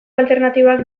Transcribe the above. alternatiboak